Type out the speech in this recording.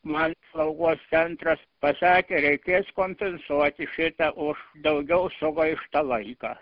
man slaugos centras pasakė reikės kompensuoti šitą už daugiau sugaištą laiką